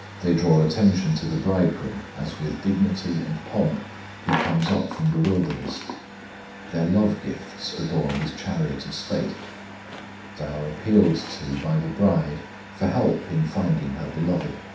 they draw attention to the bridegroom as with dignity and pomp he comes up from the wilderness their love-gifts adorn his chariot of state they are appealed to by the bride for help in finding her beloved,